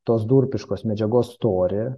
tos durpiškos medžiagos storį